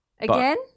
Again